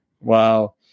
Wow